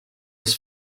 des